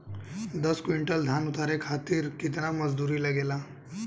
दस क्विंटल धान उतारे खातिर कितना मजदूरी लगे ला?